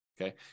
okay